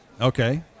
Okay